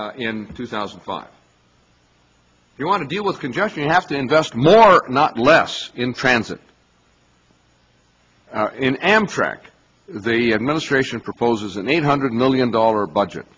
in two thousand and five you want to deal with congestion you have to invest more not less in transit in amtrak they administration proposes an eight hundred million dollar budget